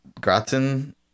gratin